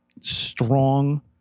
strong